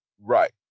right